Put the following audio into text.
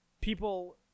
people